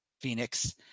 Phoenix